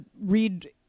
read